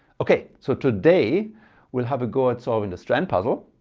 okay so today we'll have a go at solving the strand puzzle,